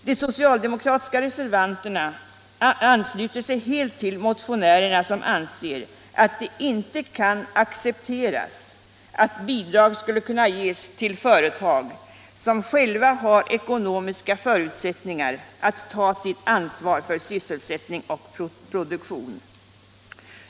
De socialdemokratiska reservanterna ansluter sig helt till motionärerna, som anser att det inte kan accepteras att bidrag skulle kunna ges till företag som själva har ekonomiska förutsättningar att ta sitt ansvar för sysselsättning och produktion.